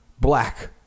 Black